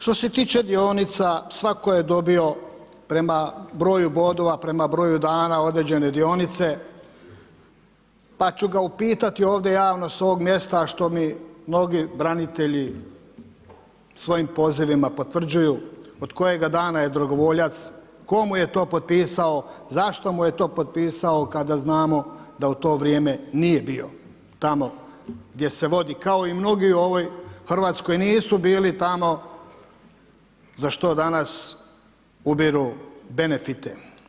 Što se tiče dionica, svatko je dobio prema broju bodova, prema broju dana određene dionice, pa ću ga upitati ovdje javno s ovog mjesta, što mi mnogi branitelji svojim pozivima potvrđuju, od kojega dana je dragovoljac, tko mu je to potpisao, zašto mu je to potpisao kada znamo da u to vrijeme nije bio tamo gdje se vodi, kao i mnogi u ovoj Hrvatskoj nisu bili tamo za što danas ubiru benefite.